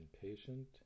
patient